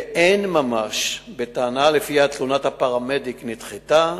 ואין ממש בטענה שלפיה תלונת הפרמדיק נדחתה,